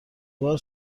بار